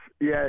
yes